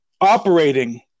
operating